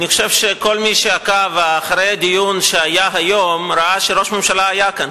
אני חושב שכל מי שעקב אחרי הדיון שהיה היום ראה שראש הממשלה היה כאן,